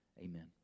Amen